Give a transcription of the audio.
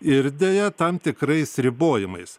ir deja tam tikrais ribojimais